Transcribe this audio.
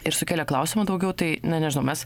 ir sukelia klausimų daugiau tai na nežinau mes